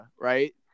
right